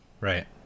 right